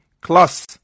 class